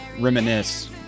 reminisce